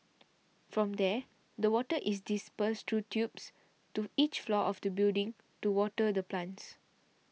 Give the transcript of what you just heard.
from there the water is dispersed through tubes to each floor of the building to water the plants